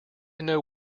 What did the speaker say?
know